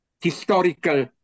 historical